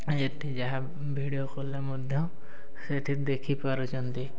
ଏଠି ଯାହା ଭିଡ଼ିଓ କଲ୍ରେ ମଧ୍ୟ ସେଠି ଦେଖିପାରୁଛନ୍ତି